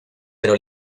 pero